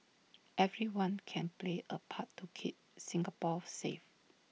everyone can play A part to keep Singapore safe